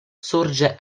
sorge